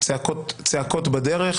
מצעקות בדרך,